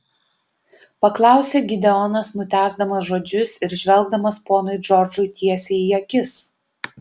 paklausė gideonas nutęsdamas žodžius ir žvelgdamas ponui džordžui tiesiai į akis